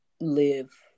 live